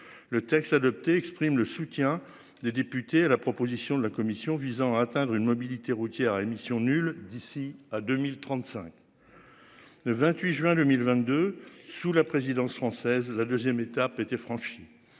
Le texte adopté exprime le soutien des députés à la proposition de la Commission visant à atteindre une mobilité routière à émission nulle d'ici à 2035. Le 28 juin 2022 sous la présidence française, la 2ème étape était franchie.